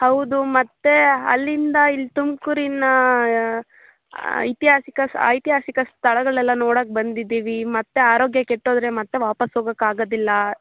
ಹೌದು ಮತ್ತೆ ಅಲ್ಲಿಂದ ಇಲ್ಲಿ ತುಮಕೂರಿನ ಐತಿಹಾಸಿಕ ಐತಿಹಾಸಿಕ ಸ್ಥಳಗಳೆಲ್ಲ ನೋಡೋಕ್ಕೆ ಬಂದಿದ್ದೀವಿ ಮತ್ತೆ ಆರೋಗ್ಯ ಕೆಟ್ಟೋದ್ರೆ ಮತ್ತೆ ವಾಪಸ್ಸು ಹೋಗೋಕ್ಕೆ ಆಗೋದಿಲ್ಲ